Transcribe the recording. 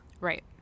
Right